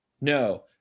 No